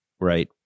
right